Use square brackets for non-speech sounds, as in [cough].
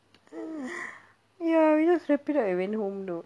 [breath] ya we just wrap it up and went home doh